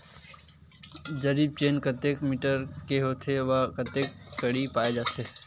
जरीब चेन कतेक मीटर के होथे व कतेक कडी पाए जाथे?